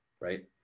right